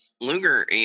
Luger